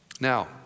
Now